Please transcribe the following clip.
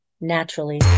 naturally